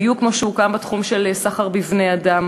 בדיוק כמו שהוקם בתחום של סחר בבני-אדם.